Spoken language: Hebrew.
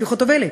ציפי חוטובלי.